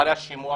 אחרי השימוע,